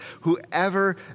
Whoever